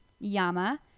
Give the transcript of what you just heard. yama